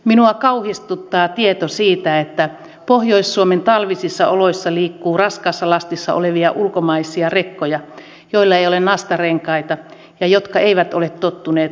minua kauhistuttaa tieto siitä että pohjois suomen talvisissa oloissa liikkuu raskaassa lastissa olevia ulkomaisia rekkoja joilla ei ole nastarenkaita ja jotka eivät ole tottuneet talvikeleihin